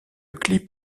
clip